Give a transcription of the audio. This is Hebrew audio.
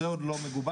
זה עוד לא מגובש,